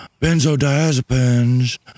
benzodiazepines